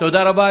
תודה רבה.